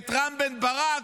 את רם בן ברק,